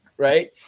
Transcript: Right